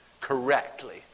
correctly